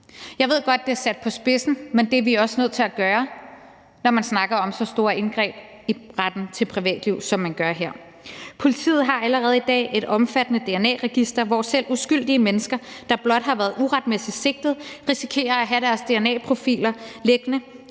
Jeg ved godt, det er sat på spidsen, men det er vi også nødt til at gøre, når man snakker om så store indgreb i retten til privatliv, som man gør her. Politiet har allerede i dag et omfattende dna-register, hvor selv uskyldige mennesker, der blot har været uretmæssigt sigtet, risikerer at have deres dna-profiler liggende